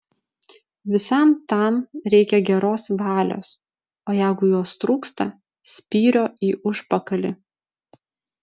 visam tam reikia geros valios o jeigu jos trūksta spyrio į užpakalį